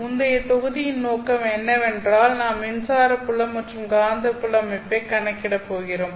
முந்தைய தொகுதியின் நோக்கம் என்னவென்றால் நாம் மின்சார புலம் மற்றும் காந்தப்புல அமைப்பைக் கணக்கிட போகிறோம்